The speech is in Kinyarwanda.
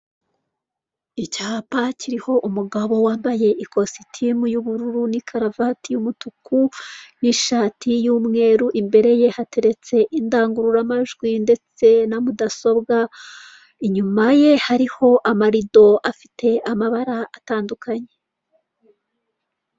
Abamotari bahagaze imbere y'inyubako, umwe ari gushyirirwaho kuri moto imizigo, ari gufashwa n'umuntu wambaye imyenda y'ubururu n'umugore umuri inyuma wambaye igitenge nabandi bagore babiri bari inyuma